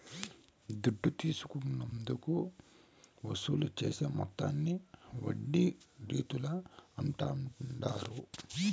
దుడ్డు తీసుకున్నందుకు వసూలు చేసే మొత్తాన్ని వడ్డీ రీతుల అంటాండారు